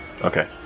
Okay